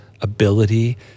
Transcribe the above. ability